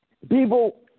People